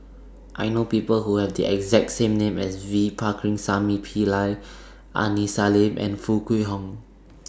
I know People Who Have The exact same name as V Pakirisamy Pillai Aini Salim and Foo Kwee Horng